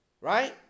Right